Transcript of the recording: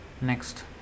next